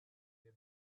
day